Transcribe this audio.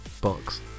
box